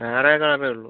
വേറെ കവറേ ഉള്ളൂ